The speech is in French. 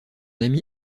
ami